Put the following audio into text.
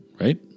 right